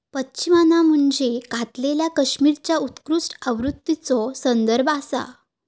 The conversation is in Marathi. पश्मिना म्हणजे कातलेल्या कश्मीरीच्या उत्कृष्ट आवृत्तीचो संदर्भ आसा